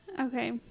Okay